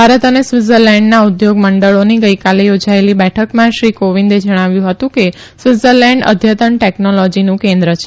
ભારત અને સ્વિત્ઝલેન્ડના ઉદ્યોગ મંડળોની ગઇકાલે યોજાયેલી બેઠકમાં શ્રી કોવિંદે જણાવ્યું હતું કેસ્વિત્ઝલેન્ડ અદ્યતન ટેકનોલોજીનું કેન્દ્ર છે